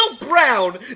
Brown